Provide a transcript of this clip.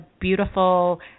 beautiful